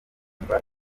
yumva